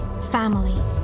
family